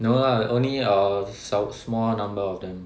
no lah only a 小 small number of them